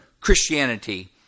Christianity